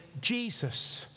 Jesus